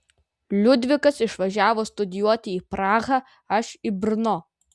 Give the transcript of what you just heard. liudvikas išvažiavo studijuoti į prahą aš į brno